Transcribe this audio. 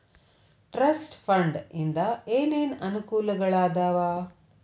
trust fund ಇಂದ ಏನೇನ್ ಅನುಕೂಲಗಳಾದವ